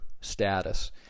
status